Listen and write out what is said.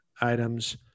items